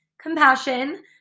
compassion